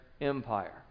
empire